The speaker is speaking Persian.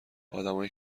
ادمایی